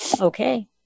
okay